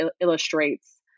illustrates